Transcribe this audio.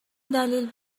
دلیل